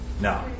No